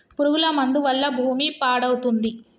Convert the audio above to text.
పురుగుల మందు వల్ల భూమి పాడవుతుంది